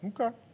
Okay